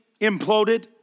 imploded